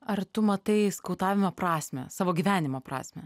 ar tu matai skautavimo prasmę savo gyvenimo prasmę